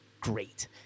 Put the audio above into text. great